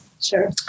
Sure